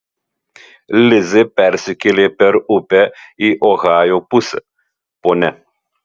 lizė persikėlė per upę į ohajo pusę ponia